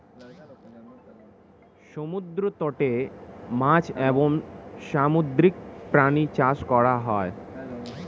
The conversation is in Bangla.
সমুদ্র তটে মাছ এবং সামুদ্রিক প্রাণী চাষ করা হয়